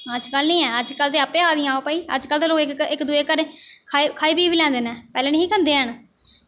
अज्जकल निं ऐ अज्जकल ते आपें आखदियां आओ भाई अज्जकल ते लोक इक दूए दे घरें खा खाई पी बी लैंदे न पैह्लें निं हे खंदे है न